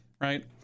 right